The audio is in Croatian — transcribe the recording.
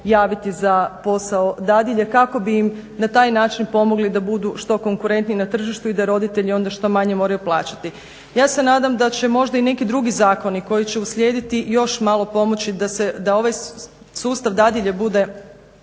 za posao dadilje kako bi im na taj način pomogli da budu što konkurentniji na tržištu i da roditelji onda što manje moraju plaćati. Ja se nadam da će možda i neki drugi zakoni koji će uslijediti još malo pomoći da ovaj sustav dadilje bude